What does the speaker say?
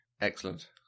Excellent